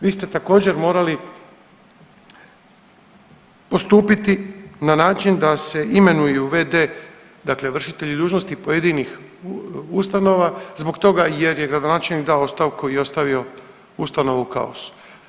Vi ste također morali postupiti na način da se imenuju v.d. dakle vršitelji dužnosti pojedinih ustanova zbog toga jer je gradonačelnik dao ostavku i ostavio ustanovu u kaosu.